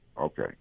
okay